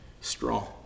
strong